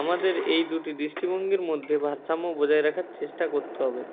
আমাদের এই দুটি দৃষ্টিভঙ্গির মধ্যে ভারসাম্য বজায় রাখার চেষ্টা করতে হবে